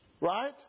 right